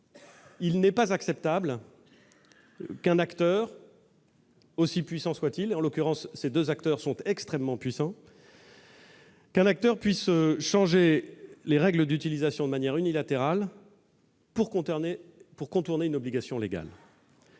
il n'est pas acceptable qu'un acteur, aussi puissant soit-il- en l'occurrence, ces deux acteurs sont extrêmement puissants -, puisse changer ses règles de publication de manière unilatérale pour contourner une obligation légale.